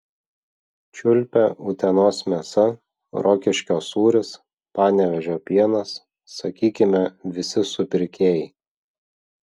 čiulpia utenos mėsa rokiškio sūris panevėžio pienas sakykime visi supirkėjai